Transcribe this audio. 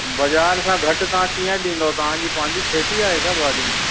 बज़ार खां घटि तव्हां कीअं ॾींदव तव्हांजी पंहिंजी खेती आहे छा भाॼियुनि जी